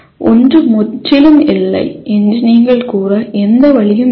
ஒன்று முற்றிலும் இல்லை என்று நீங்கள் கூற எந்த வழியும் இல்லை